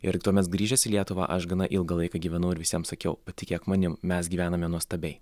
ir tuomet grįžęs į lietuvą aš gana ilgą laiką gyvenau ir visiems sakiau patikėk manim mes gyvename nuostabiai